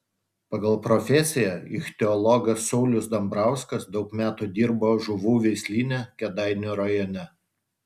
pagal profesiją ichtiologas saulius dambrauskas daug metų dirbo žuvų veislyne kėdainių rajone